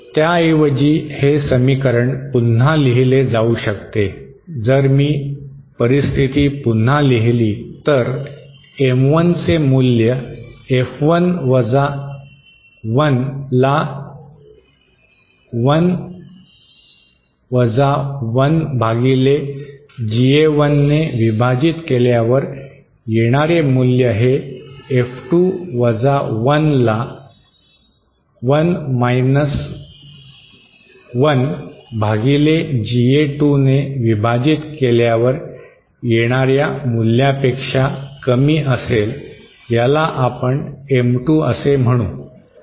त्याऐवजी हे समीकरण पुन्हा लिहिले जाऊ शकते जर मी परिस्थिती पुन्हा लिहिली तर M1 चे मूल्य F1 वजा 1 ला एक वजा एक भागिले GA1 ने विभाजित केल्यावर येणारे मूल्य हे F2 वजा 1 ला एक वजा एक भागिले GA2 ने विभाजित केल्यावर येणाऱ्या मूल्यापेक्षा कमी असेल याला आपण M2 असे म्हणू